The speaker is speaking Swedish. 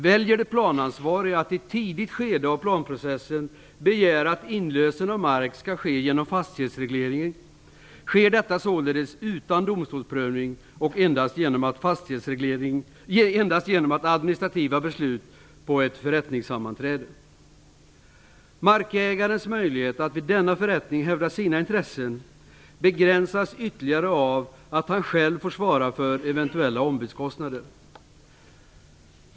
Väljer de planansvariga att i ett tidigt skede av planprocessen att begära att inlösen av mark skall ske genom fastighetsreglering sker detta således utan domstolsprövning och endast genom administrativa beslut på ett förättningssammanträde. Markägarens möjlighet att vid denna förrättning hävda sina intressen begränsas ytterligare av att han själv får svara för eventuella ombudskostnader.